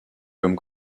comme